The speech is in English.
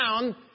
down